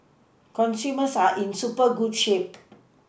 consumers are in super good shape